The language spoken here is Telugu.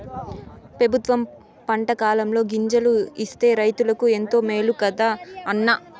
పెబుత్వం పంటకాలంలో గింజలు ఇస్తే రైతులకు ఎంతో మేలు కదా అన్న